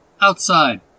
Outside